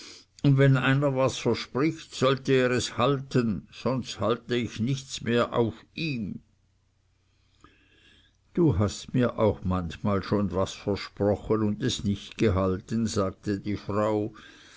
und wenn einer was verspricht sollte er es halten sonst halte ich nichts mehr auf ihm du hast mir auch manchmal schon was versprochen und es nicht gehalten sagte die frau